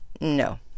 No